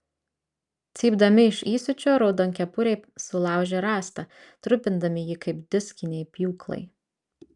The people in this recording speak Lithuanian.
cypdami iš įsiūčio raudonkepuriai sulaužė rąstą trupindami jį kaip diskiniai pjūklai